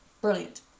brilliant